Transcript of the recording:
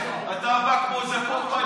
אתה בא כמו איזה פופאי.